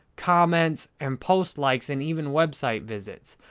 comments and post likes and even website visits.